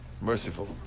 merciful